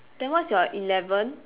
then what's your eleven